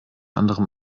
anderem